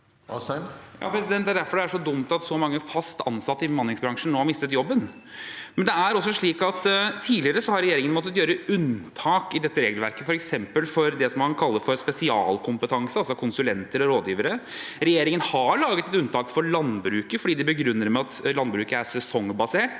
(H) Det er derfor det er så dumt at så mange fast ansatte i bemanningsbransjen nå har mistet jobben. Det er også slik at regjeringen tidligere har måttet gjøre unntak i dette regelverket, f.eks. for det man kaller spesialkompetanse, altså konsulenter og rådgivere. Regjeringen har laget et unntak for landbruket, og de begrunner det med at landbruket er sesongbasert,